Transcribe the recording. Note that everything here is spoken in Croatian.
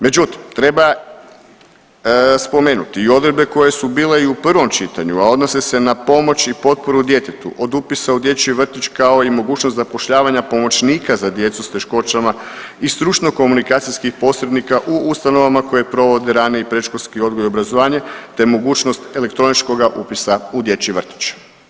Međutim, treba spomenuti i odredbe koje su bile i u prvom čitanju, a odnose se na pomoć i potporu djetetu od upisa u dječji vrtić kao i mogućnost zapošljavanja pomoćnika za djecu s teškoćama i stručno-komunikacijskih posrednika u ustanovama koje provode rani i predškolski odgoj i obrazovanje, te mogućnost elektroničkoga upisa u dječji vrtić.